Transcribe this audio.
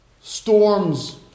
storms